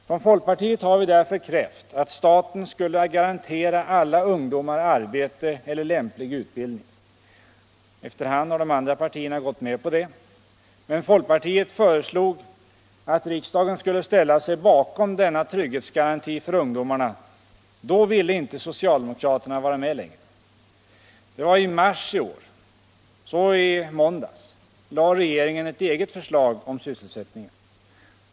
Från folkpartiet har vi därför krävt att staten skulle garantera alla ungdomar arbete eller lämplig utbildning. Efter hand har de andra partierna gått med på det. Men när folkpartiet föreslog att riksdagen skulle ställa sig bakom denna trygghetsgaranti för ungdomarna, ville inte socialdemokraterna vara med längre. Det var i mars i år. Så i måndags lade regeringen ett eget förslag om sysselsättningen.